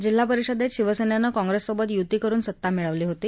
जिल्हा परीषदेत शिवसेनेनं काँग्रेससोबत युती करून सत्ता मिळवली होती